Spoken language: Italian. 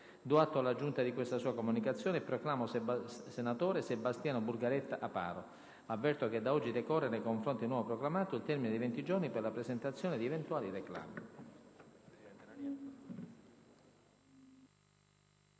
Do atto alla Giunta di questa sua comunicazione e proclamo senatore Sebastiano Burgaretta Aparo. Avverto che da oggi decorre, nei confronti del nuovo proclamato, il termine di venti giorni per la presentazione di eventuali reclami.